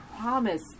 promise